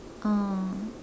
oh